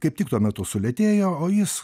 kaip tik tuo metu sulėtėjo o jis